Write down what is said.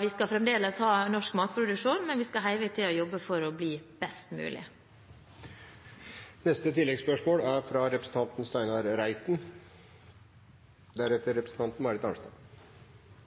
Vi skal fremdeles ha norsk matproduksjon, men vi skal hele tiden jobbe for å bli best mulig. Steinar Reiten – til oppfølgingsspørsmål. Både statsministeren og finansministeren har gjentatte ganger sagt at det er